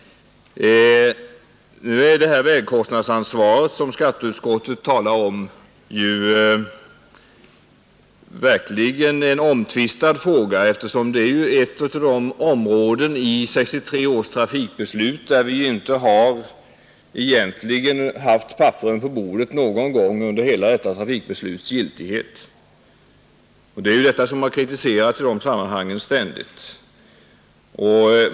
Vägkostnadsansvaret, som skatteutskottet talar om, är verkligen en omtvistad fråga. Bilismens vägkostnadsansvar är ju ett av de områden i 1963 års trafikbeslut, där vi egentligen inte har fått siffrorna på bordet någon gång under hela detta trafikbesluts giltighetstid. Det har också ständigt kritiserats.